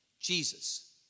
Jesus